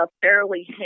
fairly